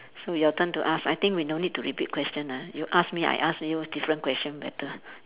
so your turn to ask I think we no need to repeat question ah you ask me I ask you different question better